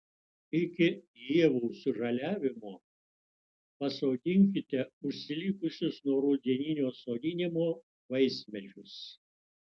iki ievų sužaliavimo pasodinkite užsilikusius nuo rudeninio sodinimo vaismedžius